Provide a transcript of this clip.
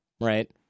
right